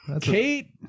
Kate